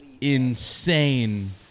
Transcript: insane